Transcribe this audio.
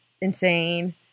insane